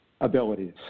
abilities